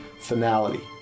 finality